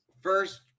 First